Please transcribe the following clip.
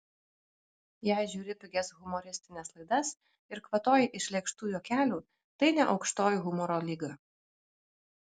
jei žiūri pigias humoristines laidas ir kvatoji iš lėkštų juokelių tai ne aukštoji humoro lyga